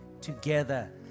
together